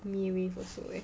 me with also leh